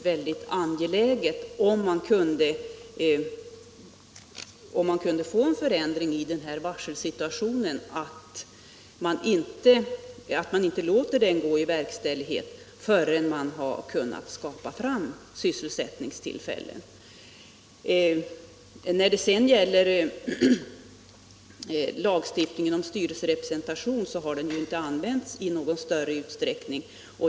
Därför vore det mycket angeläget om man kunde få en förändring av varselsituationen, så att man inte låter varslen gå i verkställighet förrän man har kunnat skapa sysselsättningstillfällen. När det sedan gäller lagstiftningen om styrelserepresentation så har den ju inte använts i någon större utsträckning.